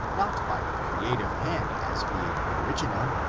not by the creative hand as being original,